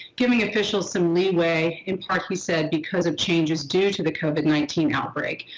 giving officials some leeway in part he said because of changes due to the covid nineteen outbreak.